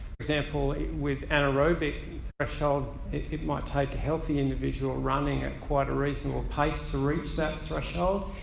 for example with anaerobic threshold it it might take a healthy individual running at quite a reasonable pace to reach that threshold.